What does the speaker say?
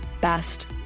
best